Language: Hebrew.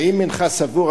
האם אינך סבור,